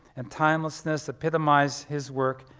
and timelessness epitomize his work